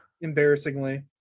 Embarrassingly